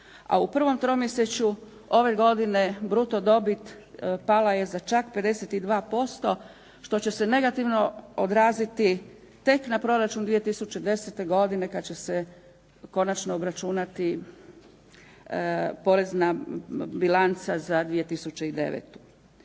a u prvom tromjesečju ove godine bruto dobit pala je čak za 52% što će se negativno odraziti tek na proračun 2010. godine kada će se konačno obračunati porezna bilanca za 2009.